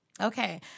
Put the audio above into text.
Okay